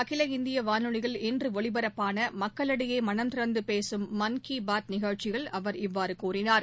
அகில இந்திய வானொலியில் இன்று ஒலிபரப்பான மக்களிடையே மனம் திறந்து பேசும் மன் கி பாத் நிகழ்ச்சியில் அவர் இவ்வாறு கூறினார்